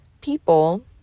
people